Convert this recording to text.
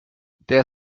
der